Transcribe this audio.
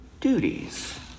duties